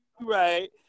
right